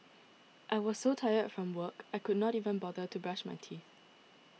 I was so tired from work I could not even bother to brush my teeth